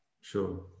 Sure